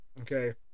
okay